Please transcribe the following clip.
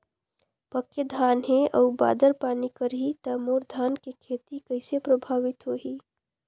पके धान हे अउ बादर पानी करही त मोर धान के खेती कइसे प्रभावित होही?